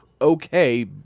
okay